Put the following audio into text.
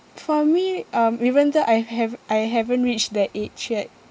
for me um even though I've have I haven't reached that age yet